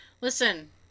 Listen